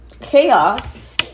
chaos